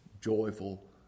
joyful